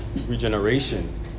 regeneration